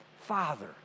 Father